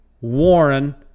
Warren